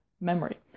memory